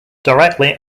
directly